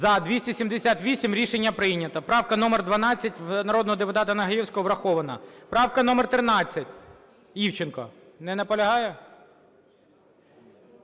За-278 Рішення прийнято. Правка номер 12 народного депутата Нагаєвського врахована. Правка номер 13, Івченко. Не наполягає?